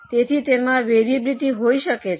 તેથી તેમાં વરીઅબીલીટી હોઈ શકે છે